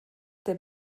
der